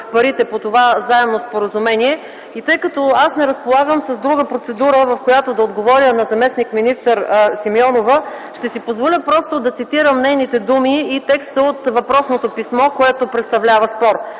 парите по това заемно споразумение. Тъй като аз не разполагам с друга процедура, в която да отговоря на заместник-министър Симеонова, ще си позволя просто да цитирам нейните думи и текста от въпросното писмо, което представлява спор,